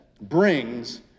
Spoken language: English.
brings